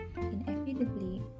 inevitably